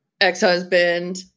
ex-husband